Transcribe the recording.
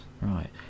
Right